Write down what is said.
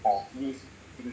哦